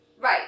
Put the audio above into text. Right